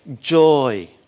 joy